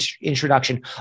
introduction